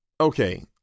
Okay